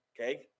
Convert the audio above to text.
Okay